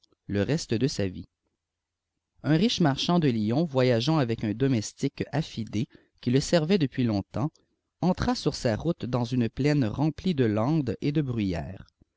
le reste de sa vie un riche marchand de lyon voyageant avec un domestique affidé qui le servait depuis longtemps entra sur sa route dans une plaine reme de landes et de bruyères